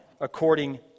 according